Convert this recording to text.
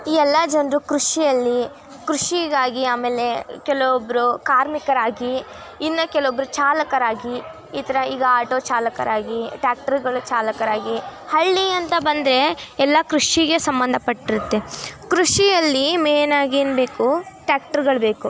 ಈ ಎಲ್ಲ ಜನರು ಕೃಷಿಯಲ್ಲಿ ಕೃಷಿಗಾಗಿ ಆಮೇಲೆ ಕೆಲವೊಬ್ಬರು ಕಾರ್ಮಿಕರಾಗಿ ಇನ್ನು ಕೆಲ್ವೊಬ್ರು ಚಾಲಕರಾಗಿ ಈ ಥರ ಈಗ ಆಟೋ ಚಾಲಕರಾಗಿ ಟ್ಯಾಕ್ಟರ್ಗಳ ಚಾಲಕರಾಗಿ ಹಳ್ಳಿ ಅಂತ ಬಂದರೆ ಎಲ್ಲ ಕೃಷಿಗೆ ಸಂಬಂಧಪಟ್ಟಿರುತ್ತೆ ಕೃಷಿಯಲ್ಲಿ ಮೇನ್ ಆಗಿ ಏನು ಬೇಕು ಟ್ಯಾಕ್ಟರ್ಗಳು ಬೇಕು